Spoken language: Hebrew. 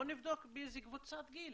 בוא נבדוק באיזה קבוצת גיל,